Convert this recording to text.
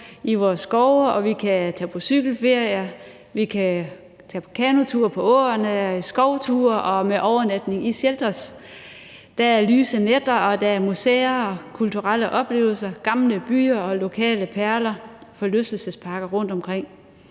i vores skove, og vi kan tage på cykelferie. Vi kan tage på kanotur på åerne, på skovture med overnatning i shelters. Der er lyse nætter, og der er museer og kulturelle oplevelser, gamle byer og lokale perler og forlystelsesparker rundtomkring.